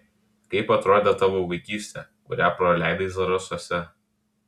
kaip atrodė tavo vaikystė kurią praleidai zarasuose